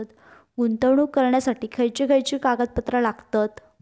गुंतवणूक करण्यासाठी खयची खयची कागदपत्रा लागतात?